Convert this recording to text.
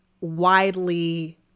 widely